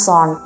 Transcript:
on